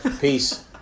Peace